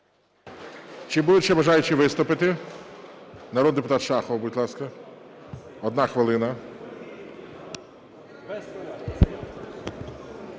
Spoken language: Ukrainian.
Чи будуть ще бажаючі виступити? Народний депутат Шахов, будь ласка, 1 хвилина.